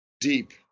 Deep